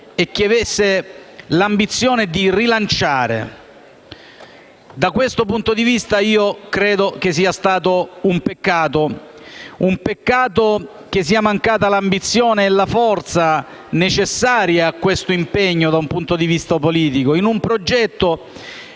e che avesse l'ambizione di rilanciare. Da questo punto di vista, credo sia stato un peccato che sia mancata l'ambizione e la forza necessarie a questo impegno dal punto di vista politico, in un progetto